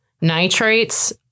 nitrates